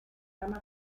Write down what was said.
gama